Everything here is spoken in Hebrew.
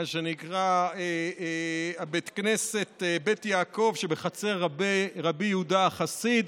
מה שנקרא בית כנסת בית יעקב שבחצר רבי יהודה החסיד.